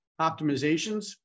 optimizations